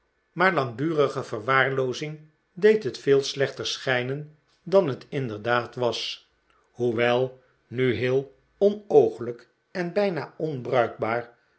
maar langdurige verwaarloozing deed het veel slechter schijnen dan het inderdaad was hoewel nu heel onooglijk en bijna onbruikbaar